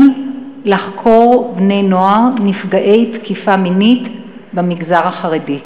לחקור בני-נוער נפגעי תקיפה מינית במגזר החרדי?